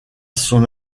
son